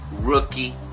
rookie